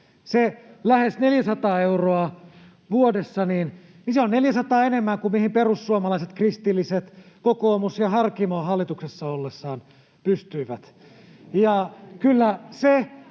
Se lähes 400 euroa vuodessa on 400 enemmän kuin mihin perussuomalaiset, kristilliset, kokoomus ja Harkimo hallituksessa ollessaan pystyivät.